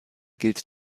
gilt